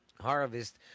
harvest